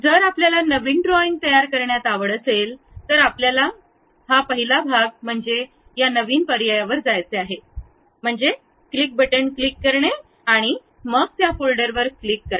जर आपल्याला नवीन ड्रॉईंग तयार करण्यात आवड असेल तर आपल्याला पहिला भाग म्हणजे या नवीन पर्यायावर जायचे आहे म्हणजे क्लिक बटण क्लिक करणे आणि मग त्या फोल्डर वर क्लिक करा